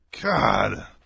God